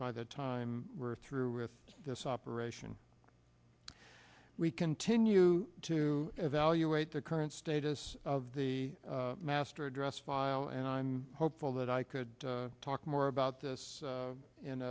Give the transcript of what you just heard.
by the time we're through with this operation we continue to evaluate the current status of the master address file and i'm hopeful that i could talk more about this